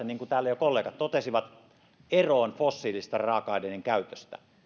niin kuin täällä jo kollegat totesivat kun meidän tarkoituksemme on päästä eroon fossiilisten raaka aineiden käytöstä